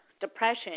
depression